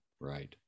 Right